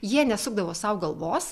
jie nesukdavo sau galvos